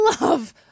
love